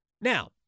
Now